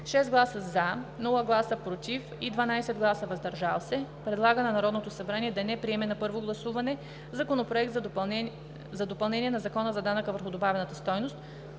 12 гласа „за“, без „против“ и 3 гласа „въздържал се“ предлагат на Народното събрание да приеме на първо гласуване Законопроект за изменение на Закона за данък върху добавената стойност,